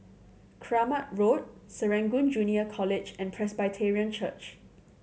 Kramat Road Serangoon Junior College and Presbyterian Church